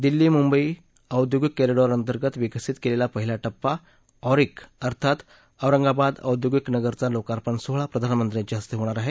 दिल्ली मुंबई औद्योगिक कॉरिडॉरअंतर्गत विकसित केलेला पहिला िपा अॅरिक अर्थात औरंगाबाद औद्योगिक नगराचा लोकार्पण सोहळा प्रधानमंत्र्याच्या हस्ते होणार आहे